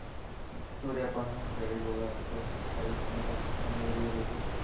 ಸೂರ್ಯ ಪಾನ ಬೆಳಿಗ ಹುಳ ಹತ್ತೊ ಟೈಮ ಹೇಂಗ ಕಂಡ ಹಿಡಿಯಬೇಕು?